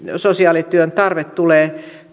sosiaalityön tarve tulee